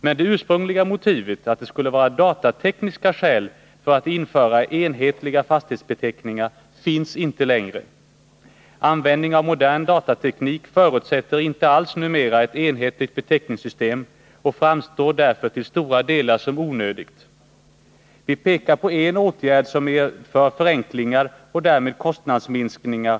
Men det ursprungliga motivet att det skulle föreligga datatekniska skäl för att införa enhetliga fastighetsbeteckningar finns inte längre. Användning av modern datateknik förutsätter inte alls numera ett enhetligt beteckningssystem, och ett sådant framstår därför till stora delar som onödigt. Vi pekar på en åtgärd som medför förenklingar och därmed kostnadsminskningar.